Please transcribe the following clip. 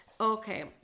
Okay